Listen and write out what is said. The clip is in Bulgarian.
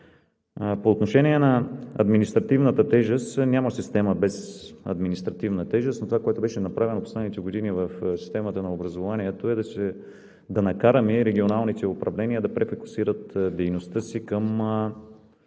По отношение на административната тежест – няма система без административна тежест. Но това, което беше направено последните години в системата на образованието, е да накараме регионалните управления да префокусират дейността си към